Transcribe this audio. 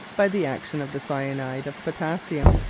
by the action of the cyanide of potassium.